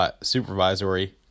supervisory